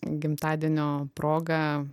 gimtadienio proga